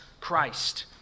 Christ